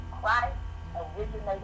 Christ-originated